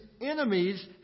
enemies